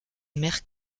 mère